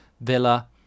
Villa